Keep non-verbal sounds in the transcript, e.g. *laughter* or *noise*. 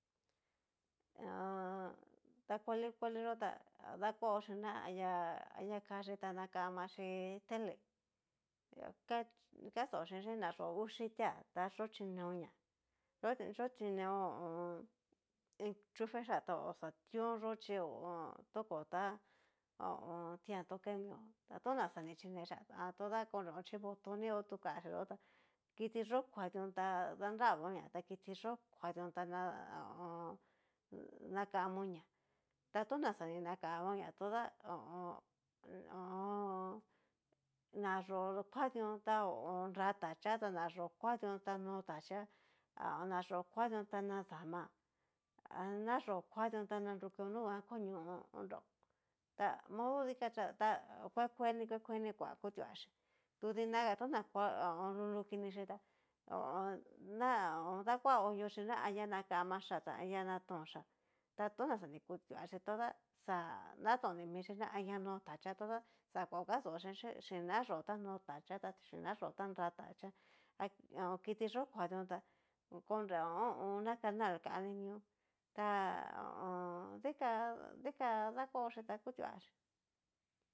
*hesitation* ta kuali kuali yó ta dakuochí na anri anria kachí ta nakamichí tele kas kastonxhinxi ná, nayó ngu yitia ta yó xikeonña, yó cineon ho o on. enchuefexia tu hoxa tion yó chí ho o on. toko ta ho o on. tian toque mion tona xa ni chinexhía, a toda konreon chí botoni otu kaxí yó ta kiti yó kuadion ta danravonña ta kiti kuadión ta na ho o on. nakamonña ta tona xa ni nakamónña ta ho o on, na yó kuadion ta nra taxhía ta na yó kuadión ta nó taxhía, nayó kuadion ta nadama anayó kuaion ta nanrukion nunguan konión, honreon ta modo dikán ta kue kueni kue kueni kuan kutuachí, tu dinaga tona ko lulu kinichí tá ho o on. na dakua oniochí na anria nakaxhia xa anria natónxhia, ta tona xa ni kutuaxhí toda xá nratoni mixhi na anria no tachia toda xa kuaó kaston xhinxi xin nayó ta nó tachia xin nayó ta nra tachá a kiti yó kuadión ta konreon ho o on. canal kan mión ta ho o on. dikan dikan dakuachí ta kutuaxhí.